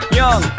young